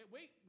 Wait